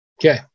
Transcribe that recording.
Okay